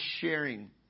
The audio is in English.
sharing